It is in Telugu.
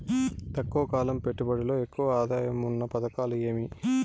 తక్కువ కాలం పెట్టుబడిలో ఎక్కువగా ఆదాయం ఉన్న పథకాలు ఏమి?